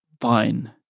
Fine